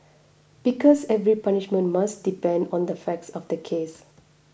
because every punishment must depend on the facts of the case